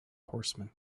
horsemen